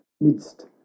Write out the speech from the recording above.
midst